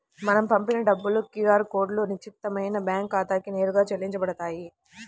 మనం పంపిన డబ్బులు క్యూ ఆర్ కోడ్లో నిక్షిప్తమైన బ్యేంకు ఖాతాకి నేరుగా చెల్లించబడతాయి